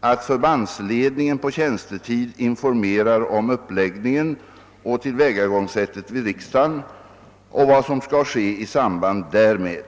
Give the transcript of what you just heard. att förbandsledningen på tjänstetid informerar om uppläggningen och tillvägagångssättet vid riksdagen och vad som skall ske i samband därmed.